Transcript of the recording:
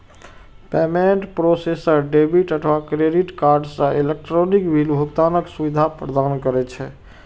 payment processor debit अथवा credit card सं electronic bill भुगतानक सुविधा प्रदान करै छै